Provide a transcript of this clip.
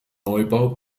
neubau